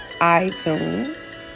iTunes